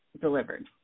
delivered